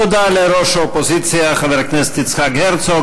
תודה לראש האופוזיציה חבר הכנסת יצחק הרצוג.